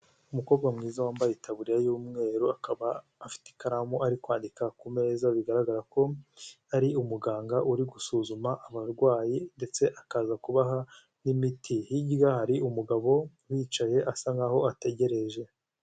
Umukobwa mwiza wambaye itaburiya y'umweru akaba afite ikaramu ari kwandika ku meza bigaragara ko ari umuganga uri gusuzuma abarwayi ndetse akaza kubaha n'imiti hirya yaho hari umugabo wicaye asa nkaho ategereje.